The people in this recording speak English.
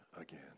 again